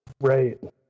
Right